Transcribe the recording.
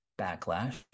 backlash